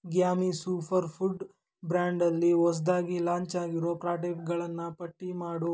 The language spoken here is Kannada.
ಗ್ಯಾಮಿ ಸೂಫರ್ ಫುಡ್ ಬ್ರ್ಯಾಂಡಲ್ಲಿ ಹೊಸ್ದಾಗಿ ಲಾಂಚಾಗಿರೋ ಪ್ರಾಡೆಕ್ಟ್ಗಳನ್ನು ಪಟ್ಟಿ ಮಾಡು